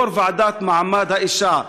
יו"ר הוועדה למעמד האישה.